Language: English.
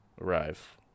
arrive